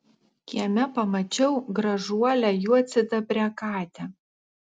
kieme pamačiau gražuolę juodsidabrę katę